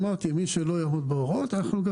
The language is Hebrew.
אמרתי שמי שלא יעמוד בהוראות אנחנו גם